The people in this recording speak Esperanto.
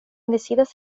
decidas